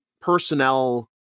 personnel